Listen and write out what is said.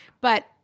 But-